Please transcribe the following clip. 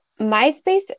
myspace